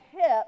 hip